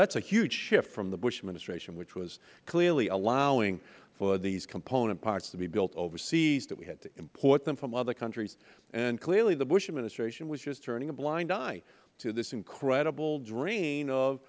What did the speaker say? that is a huge shift from the bush administration which was clearly allowing for these component parts to be built overseas that we had to import them from other countries and clearly the bush administration was just turning a blind eye to this incredible drain of